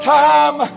time